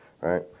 right